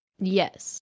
Yes